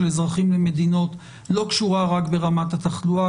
אזרחים למדינות לא קשורה רק ברמת התחלואה,